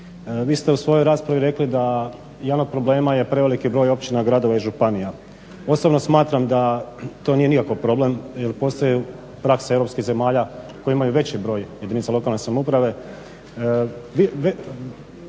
Vi ste u svojoj raspravi rekli da jedan od problema je preveliki broj općina, gradova i županija. Osobno smatram da to nije nikako problem jer postoje prakse europskih zemalja koje imaju veći broj jedinica lokalne samouprave.